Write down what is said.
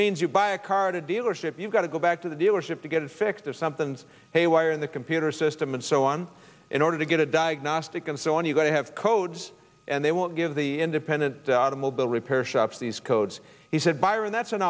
means you buy a car at a dealership you've got to go back to the dealership to get it fixed or something's haywire in the computer system and so on in order to get a diagnostic and so on you got to have codes and they won't give the independent automobile repair shops these codes he said byron that's an